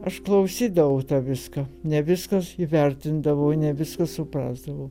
aš klausydavau tą viską ne viskas įvertindavau ne viską suprasdavau